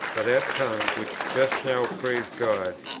for that tongue, which just now praised god,